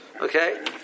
Okay